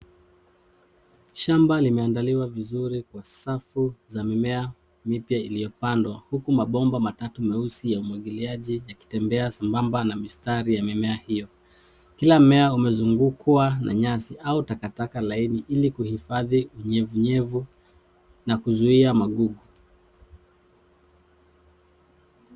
Shamba limeandaliwa vizuri kwa safu za mimea mipya iliyopandwa huku mabomba matatu meusi ya umwagiliaji yakitembea sambamba na mistari ya mimea hiyo. Kila mmea umezungukwa na nyasi au takataka laini ili kuhifadhi unyevunyevu na kuzuia magugu.